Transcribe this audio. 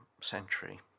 century